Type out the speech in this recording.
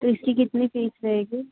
तो इसकी कितनी फ़ीस रहेगी